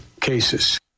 cases